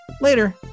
Later